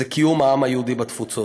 זה קיום העם היהודי בתפוצות.